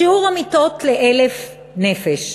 שיעור המיטות ל-1,000 נפש: